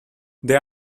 they